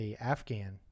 Afghan